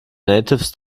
natives